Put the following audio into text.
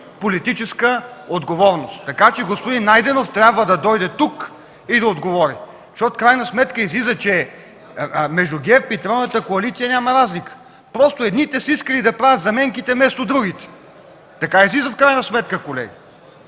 политическа отговорност! Така че господин Найденов трябва да дойде тук и да отговори! Излиза, че между ГЕРБ и тройната коалиция няма разлика! Просто едните са искали да правят заменките вместо другите! Така излиза в крайна сметка, колеги.